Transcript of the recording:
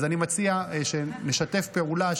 אז אני מציע שנשתף פעולה,